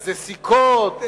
איזה סיכות,